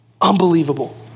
Unbelievable